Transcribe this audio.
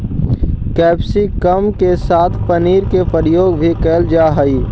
capsicum के साथ पनीर के प्रयोग भी कैल जा हइ